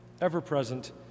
ever-present